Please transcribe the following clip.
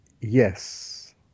yes